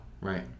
Right